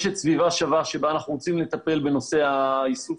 יש את "סביבה שווה" שבה אנחנו רוצים לטפל בנושא האיסוף